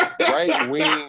right-wing